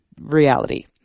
reality